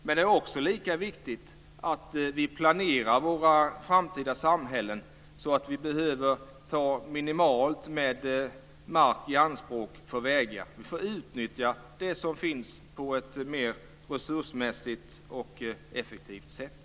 Men det är lika viktigt att vi planerar våra framtida samhällen så att vi behöver ta minimalt med mark i anspråk för vägar. Vi får utnyttja det som finns på ett mer resursmässigt och effektivt sätt.